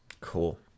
cool